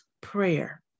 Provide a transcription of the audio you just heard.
prayer